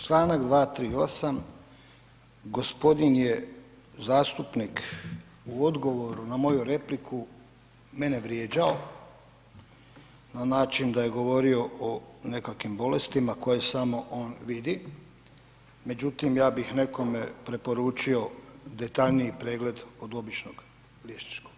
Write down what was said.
Čl. 238. gospodin je zastupnik u odgovoru na moju repliku mene vrijeđao na način da je govorio o nekakvim bolestima koje samo on vidi, međutim ja bih nekome preporučio detaljniji pregled od običnog liječničkog.